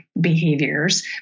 behaviors